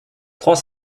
trois